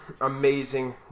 amazing